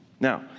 Now